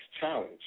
challenge